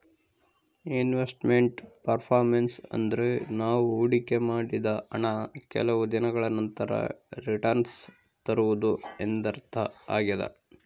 invest made performance ಅಂದ್ರೆ ನಾವು ಹೊಡಿಕೆ ಮಾಡಿದ ಹಣ ಕೆಲವು ದಿನಗಳ ನಂತರ ರಿಟನ್ಸ್ ತರುವುದು ಎಂದರ್ಥ ಆಗ್ಯಾದ